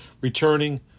Returning